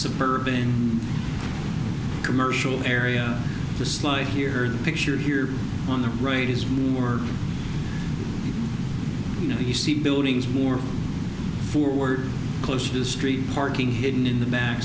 suburban commercial area the slide here pictured here on the radio is more you know you see buildings more forward closer to the street parking hidden in the back